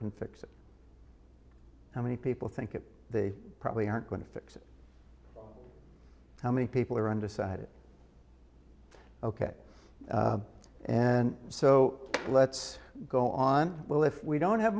can fix it how many people think it they probably aren't going to fix it how many people are undecided ok and so let's go on well if we don't have